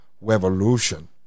revolution